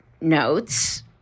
notes